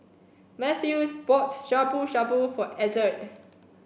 Mathews bought Shabu Shabu for Ezzard